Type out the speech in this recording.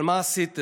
אבל מה עשיתם?